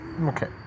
Okay